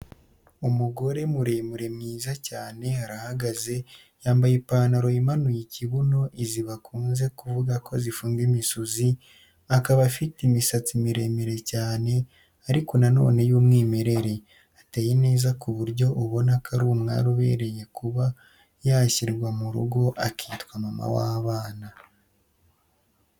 Umugore muremure mwiza cyane arahagaze, yambaye ipantaro imununiye ikibuno izi bakunze kuvuga ko zifunga imisuzi, akaba afite imisatsi miremire cyane ariko na none y'umwimerere, ateye neza ku buryo ubona ko ari umwari ubereye kuba yashyirwa mu rugo akitwa mama w'abana.